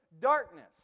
darkness